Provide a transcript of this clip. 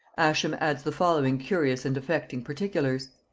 ascham adds the following curious and affecting particulars.